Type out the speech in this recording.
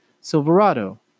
Silverado